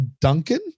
duncan